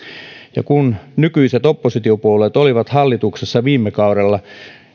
ja kun nykyiset oppositiopuolueet olivat hallituksessa viime kaudella